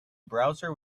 browser